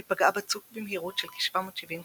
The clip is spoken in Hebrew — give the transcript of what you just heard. היא פגעה בצוק במהירות של כ-770 קמ"ש.